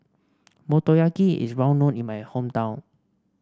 motoyaki is well known in my hometown